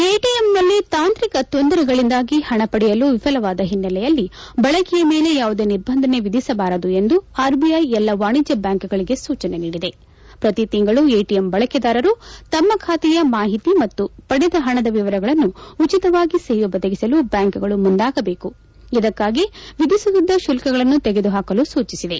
ಎಟಿಎಂನಲ್ಲಿ ತಾಂತ್ರಿಕ ತೊಂದರೆಗಳಿಂದಾಗಿ ಹಣಪಡೆಯಲು ವಿಫಲವಾದ ಹಿನ್ನೆಲೆಯಲ್ಲಿ ಬಳಕೆಯ ಮೇಲೆ ಯಾವುದೇ ನಿರ್ಬಂಧನೆ ವಿಧಿಸಬಾರದೆಂದು ಆರ್ಐಐ ಎಲ್ಲಾ ವಾಣಿಜ್ಯ ಬ್ಯಾಂಕ್ಗಳಿಗೆ ಸೂಜನೆ ನೀಡಿದೆಪ್ರತಿ ತಿಂಗಳು ಎಟಿಎಂ ಬಳಕೆದಾರರು ತಮ್ಮ ಖಾತೆಯ ಮಾಹಿತಿ ಮತ್ತು ಪಡೆದ ಪಣದ ವಿವರಗಳನ್ನು ಉಚಿತವಾಗಿ ಸೇವೆ ಒದಗಿಸಲು ಬ್ಯಾಂಕ್ಗಳು ಮುಂದಾಗಬೇಕು ಇದಕ್ಕಾಗಿ ವಿಧಿಸುತ್ತಿದ್ದ ಶುಲ್ಕಗಳನ್ನು ತೆಗೆದು ಪಾಕಲು ಸೂಚಿಸಿದೆ